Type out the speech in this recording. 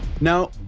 Now